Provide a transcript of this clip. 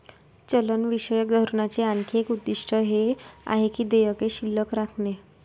चलनविषयक धोरणाचे आणखी एक उद्दिष्ट हे आहे की देयके शिल्लक राखणे